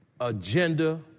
Agenda